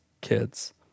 kids